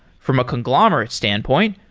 from a conglomerate standpoint,